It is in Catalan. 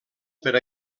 per